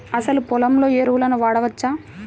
అసలు పొలంలో ఎరువులను వాడవచ్చా?